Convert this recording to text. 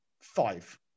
five